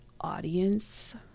audience